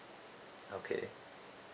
okay